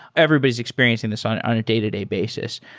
everybody's experiencing this on and on a day-to-day basis,